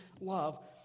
love